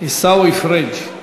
עיסאווי פריג',